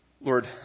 Lord